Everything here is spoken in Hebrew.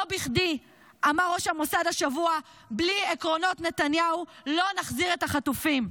לא בכדי אמר ראש המוסד השבוע: בלי עקרונות נתניהו לא נחזיר את החטופים,